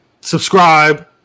Subscribe